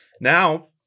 Now